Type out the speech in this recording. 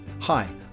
Hi